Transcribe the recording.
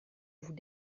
vous